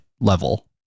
level